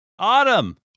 autumn